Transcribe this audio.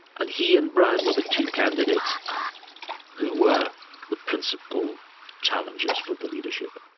and he and brown were the two candidates who were the principal challengers for the leadership.